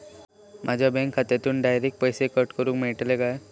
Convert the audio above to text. माझ्या बँक खात्यासून डायरेक्ट पैसे कट करूक मेलतले काय?